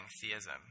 theism